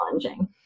challenging